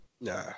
Nah